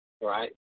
Right